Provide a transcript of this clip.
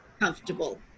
comfortable